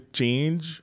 change